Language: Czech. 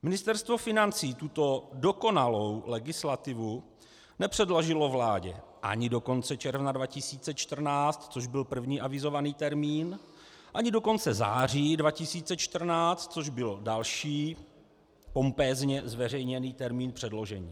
Ministerstvo financí tuto dokonalou legislativu nepředložilo vládě ani do konce června 2014, což byl první avizovaný termín, ani do konce září 2014, což byl další pompézně zveřejněný termín předložení.